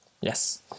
yes